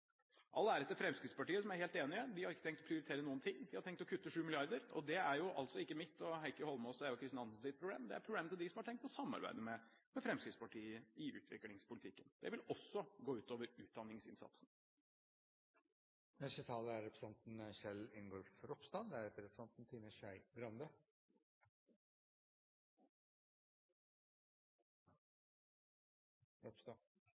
Fremskrittspartiet, som er helt enige: De har ikke tenkt å prioritere noen ting, de har tenkt å kutte 7 mrd. kr. Det er ikke mitt og Heikki Eidsvoll Holmås’ og Eva Kristin Hansens problem. Det er problemet til dem som har tenkt å samarbeide med Fremskrittspartiet i utviklingspolitikken. Det vil også gå ut over utdanningsinnsatsen. La meg først få lov å takke representanten